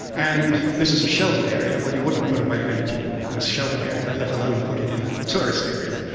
and this is a sheltered area, well, you wouldn't put a wave energy in a sheltered area, let alone put it in a tourist area.